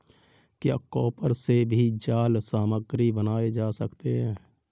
क्या कॉपर से भी जाल सामग्री बनाए जा रहे हैं?